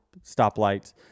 stoplights